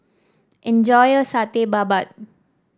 enjoy your Satay Babat